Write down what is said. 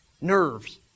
Nerves